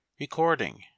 Recording